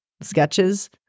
sketches